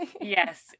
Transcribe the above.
Yes